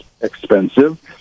expensive